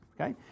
Okay